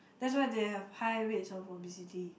that's why they have high rates of obesity